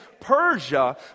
Persia